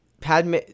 Padme